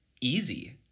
easy